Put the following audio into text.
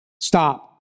Stop